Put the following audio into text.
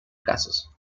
casos